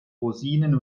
rosinen